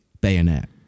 bayonet